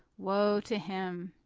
woe to him!